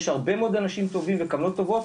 יש הרבה מאוד אנשים טובים וכוונות טובות,